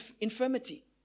infirmity